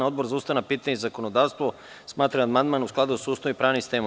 Odbor za ustavna pitanja i zakonodavstvo smatra da je amandman u skladu sa Ustavom i pravnim sistemom.